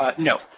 ah no.